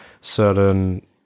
certain